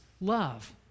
love